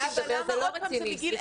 אבל למה עוד פעם זה מגיל 10?